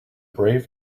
brave